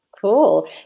Cool